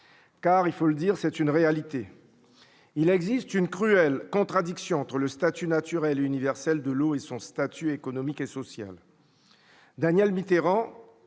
tous. Il faut le dire, car c'est une réalité : il existe une cruelle contradiction entre le statut naturel et universel de l'eau et son statut économique et social.